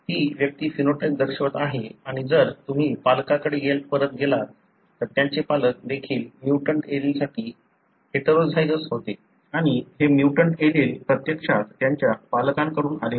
ती व्यक्ती फेनोटाइप दर्शवत आहे आणि जर तुम्ही पालकांकडे परत गेलात तर त्यांचे पालक देखील म्युटंट एलीलसाठी हेटेरोझायगस होते आणि हे म्युटंट एलील प्रत्यक्षात त्यांच्या पालकांकडून आले होते